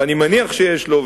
ואני מניח שיש לו,